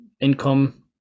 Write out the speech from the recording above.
income